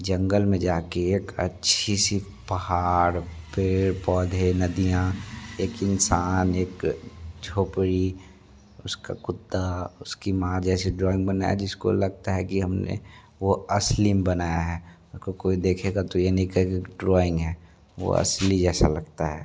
जंगल में जाके एक अच्छी सी पहाड़ पेड़ पौधे नदियां एक इंसान एक झोपड़ी उसका कुत्ता उसकी मां जैसी ड्राइंग बनाएं जिसको लगता है कि हमने वो असली में बनाया है उसको कोई देखेगा तो यह नहीं कहेगा की ड्राइंग है वो असली जैसा लगता है